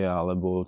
alebo